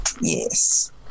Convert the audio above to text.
Yes